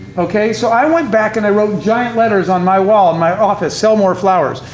okay? so i went back and i wrote giant letters on my wall in my office, sell more flowers.